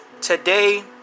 Today